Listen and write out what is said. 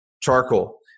Charcoal